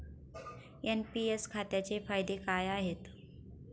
NPS खात्याचे फायदे काय आहेत?